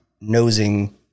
nosing